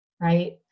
right